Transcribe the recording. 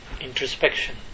introspection